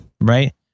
Right